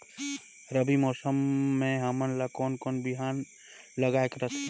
रबी मौसम मे हमन ला कोन कोन बिहान लगायेक रथे?